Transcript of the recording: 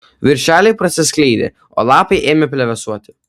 viršeliai prasiskleidė o lapai ėmė plevėsuoti